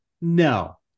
No